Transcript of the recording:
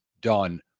done